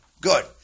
Good